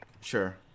Sure